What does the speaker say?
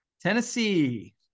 Tennessee